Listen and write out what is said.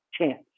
chance